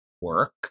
work